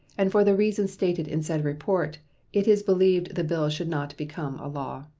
and for the reasons stated in said report it is believed the bill should not become a law.